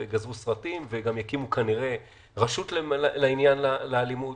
וגזרו סרטים וגם יקימו כנראה רשות לעניין האלימות.